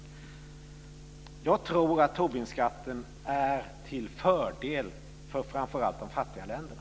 Jag tror att Tobinskatten är till fördel för framför allt de fattiga länderna.